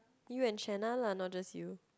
you and lah not just you